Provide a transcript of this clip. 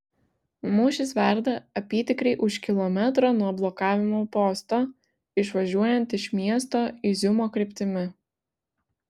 mūšis verda apytikriai už kilometro nuo blokavimo posto išvažiuojant iš miesto iziumo kryptimi